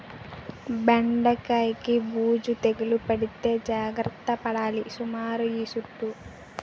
బెండకి బూజు తెగులు పడితే జాగర్త పడాలి సుమా ఈ సుట్టూ